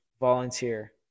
volunteer